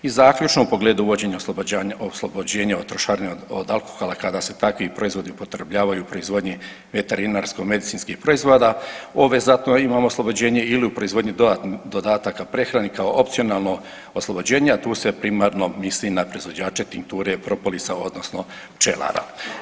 I zaključno u pogledu uvođenja oslobođenja od trošarina od alkohola kada se takvi proizvodi upotrebljavaju u proizvodnji veterinarsko-medicinskih proizvoda obvezatno imamo oslobođenje ili u proizvodnji dodataka prehrani kao opcionalno oslobođenje, a tu se primarno misli na proizvođače tinkture propolisa, odnosno pčelara.